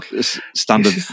standard